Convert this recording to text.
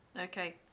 okay